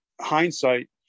hindsight